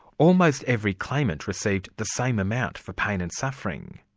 almost every claimant received the same amount for pain and suffering.